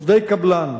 עובדי קבלן,